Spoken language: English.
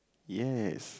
yes